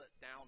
down